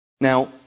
Now